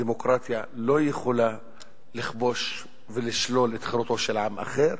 דמוקרטיה לא יכולה לכבוש ולשלול את חירותו של עם אחר,